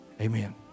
Amen